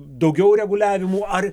daugiau reguliavimų ar